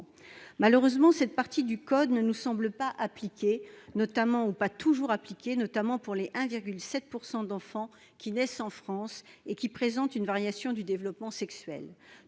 Malheureusement, cette partie du code ne nous semble pas toujours appliquée, notamment pour les 1,7 % d'enfants qui naissent, en France avec une variation du développement sexuel.